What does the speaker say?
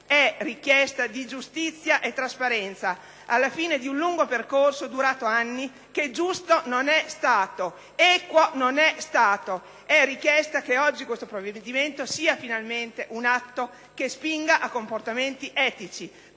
richiesta di giustizia e trasparenza alla fine di un lungo percorso durato anni che giusto non è stato, equo non è stato. È una richiesta volta a che oggi questo provvedimento sia, finalmente, un atto che spinga a comportamenti etici,